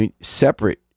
separate